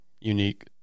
unique